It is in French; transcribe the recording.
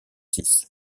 six